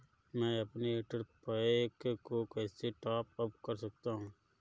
मैं अपने Airtel pack को कैसे टॉप अप कर सकता हूँ?